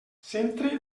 centre